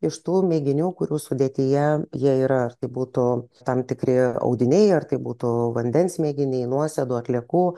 iš tų mėginių kurių sudėtyje jie yra ar tai būtų tam tikri audiniai ar tai būtų vandens mėginiai nuosėdų atliekų